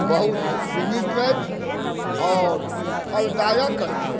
बहुत सीमित अछि आओर फलदायक अछि